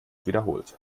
wiederholt